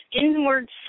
inward